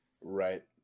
Right